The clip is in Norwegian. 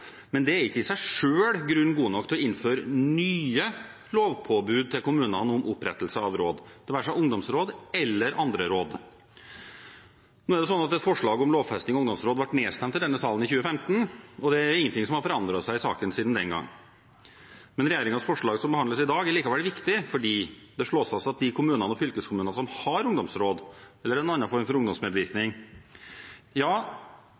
men det er ikke i seg selv grunn god nok til å innføre nye lovpåbud til kommunene om opprettelse av råd, det være seg ungdomsråd eller andre råd. Et forslag om lovfesting av ungdomsråd ble nedstemt i denne sal i 2015, og det er ingenting som har forandret seg i saken siden den gang. Men regjeringens forslag som behandles i dag, er likevel viktig, fordi det slås fast at de kommunene og fylkeskommunene som har ungdomsråd eller en annen form for